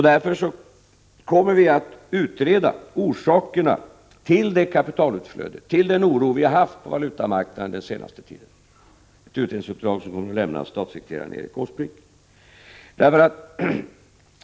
Därför kommer vi att utreda orsakerna till det kapitalutflöde vi har haft och till den oro vi har haft på valutamarknaden den senaste tiden, ett utredningsuppdrag som kommer att lämnas till statssekreteraren Erik Åsbrink.